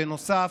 בנוסף,